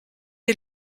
est